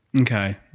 Okay